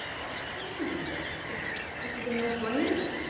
of course you do this. this this is a no brainer.